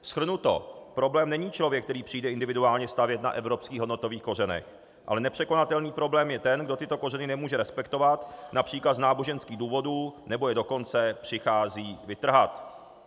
Shrnuto problém není člověk, který přijde individuálně stavět na evropských hodnotových kořenech, ale nepřekonatelný problém je ten, kdo tyto kořeny nemůže respektovat například z náboženských důvodů, nebo je dokonce přichází vytrhat.